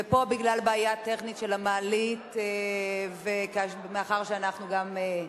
ופה בגלל בעיה טכנית של המעלית, מאחר שאנחנו גם,